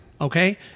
okay